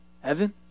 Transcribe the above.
Heaven